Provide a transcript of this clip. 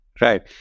Right